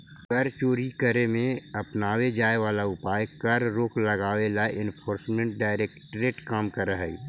कर चोरी करे में अपनावे जाए वाला उपाय पर रोक लगावे ला एनफोर्समेंट डायरेक्टरेट काम करऽ हई